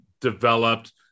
developed